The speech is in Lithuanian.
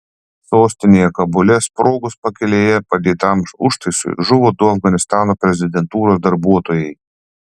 sostinėje kabule sprogus pakelėje padėtam užtaisui žuvo du afganistano prezidentūros darbuotojai